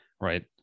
right